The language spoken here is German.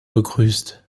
begrüßt